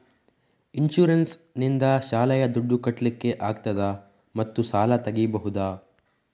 Insurance ನಿಂದ ಶಾಲೆಯ ದುಡ್ದು ಕಟ್ಲಿಕ್ಕೆ ಆಗ್ತದಾ ಮತ್ತು ಸಾಲ ತೆಗಿಬಹುದಾ?